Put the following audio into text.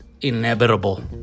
inevitable